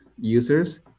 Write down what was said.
users